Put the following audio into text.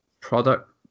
product